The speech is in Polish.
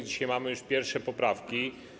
Dzisiaj mamy już pierwsze poprawki.